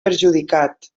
perjudicat